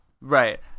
Right